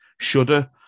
Shudder